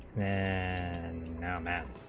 and now that